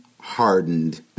hardened